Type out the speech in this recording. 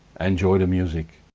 enjoy the music.